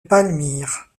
palmyre